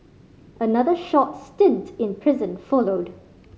another short stint in prison followed